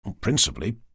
Principally